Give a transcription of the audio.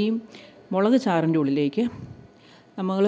ഈ മുളക് ചാറിൻറ്റുള്ളിലേക്കു നമ്മൾ